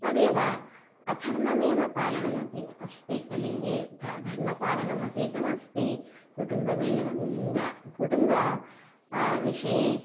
तदेव अधर्ममेव पालनम् अपि अस्ति कलियुगे ध धर्मपालनम् अधिकम् अस्ति कुटुम्बः विल्व् कुटुम्ब विषये